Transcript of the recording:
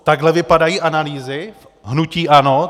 Takhle vypadají analýzy hnutí ANO?